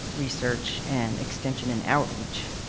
research, and extension and outreach.